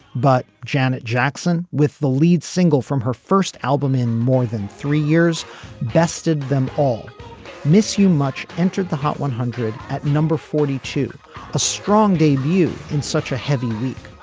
but janet jackson with the lead single from her first album in more than three years bested them all miss you much entered the hot one hundred at number forty two a strong debut in such a heavy week.